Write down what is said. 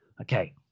okay